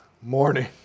morning